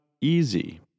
easy